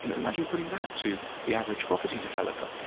you know imagine putting that to the average property developer.